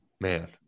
Man